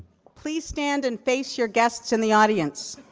please stand and face your guests in the audience